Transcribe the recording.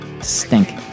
Stink